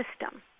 system